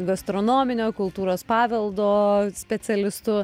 gastronominio kultūros paveldo specialistu